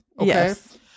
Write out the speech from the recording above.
Yes